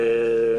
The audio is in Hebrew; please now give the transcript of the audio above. לאחרונה,